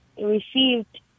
received